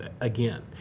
again